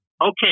Okay